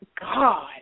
God